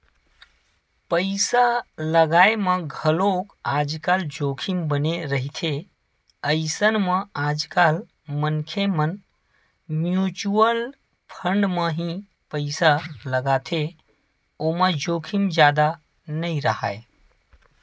पइसा लगाय म घलोक आजकल जोखिम बने रहिथे अइसन म आजकल मनखे मन म्युचुअल फंड म ही पइसा लगाथे ओमा जोखिम जादा नइ राहय